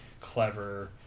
clever